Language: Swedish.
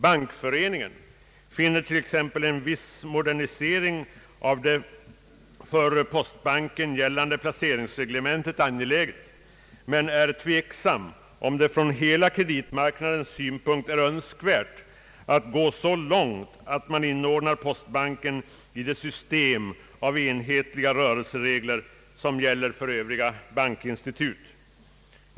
Bankföreningen finner t.ex. en viss modernisering av det för postbanken gällande placeringsreglementet angelägen men är tveksam om det från hela kreditmarknadens synpunkt är önskvärt att gå så långt att man inordnar postbanken i det system av enhetliga rörelseregler som sgäller för övriga bankinstitut.